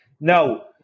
Now